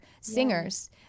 singers